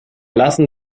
lassen